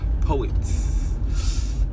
Poets